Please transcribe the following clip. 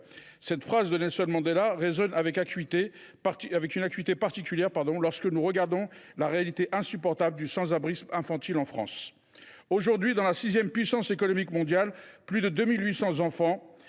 Cette phrase de Nelson Mandela résonne avec une acuité particulière lorsque nous regardons la réalité insupportable du sans abrisme infantile en France. Aujourd’hui, dans la sixième puissance économique mondiale, plus de 2 800 enfants